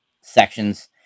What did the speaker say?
sections